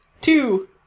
two